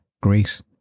Greece